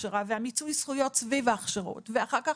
ההכשרה ומיצוי הזכויות סביב ההכשרות ואחר כך